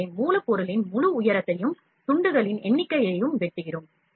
எனவே மூலப்பொருளின் முழு உயரத்தையும் துண்டுகளின் எண்ணிக்கையில் வெட்டுகிறோம்